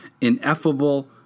ineffable